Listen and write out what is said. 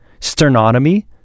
sternotomy